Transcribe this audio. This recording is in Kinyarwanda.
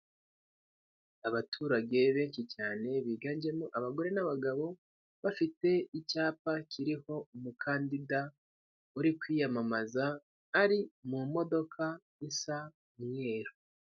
Abaturage benshi cyane biganjemo abagore n'abagabo bafite icyapa kiriho umukandinda uri kwiyamamaza ari mu modoka isa umweru.